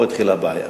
פה התחילה הבעיה.